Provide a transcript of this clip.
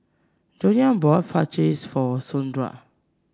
Joanie bought Fajitas for Sondra